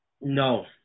No